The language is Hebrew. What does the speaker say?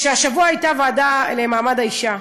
השבוע הייתה ישיבה בוועדה לקידום מעמד האישה,